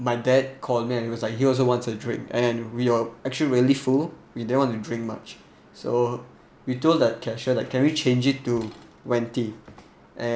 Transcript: my dad call me and he was like he also wants a drink and we were actually really full we didn't want to drink much so we told the cashier that can we change it to venti and